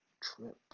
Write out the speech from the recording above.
trip